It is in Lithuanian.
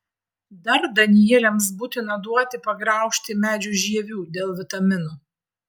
dar danieliams būtina duoti pagraužti medžių žievių dėl vitaminų